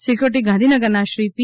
security ગાંધીનગરના શ્રી પી